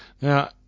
Now